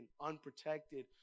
unprotected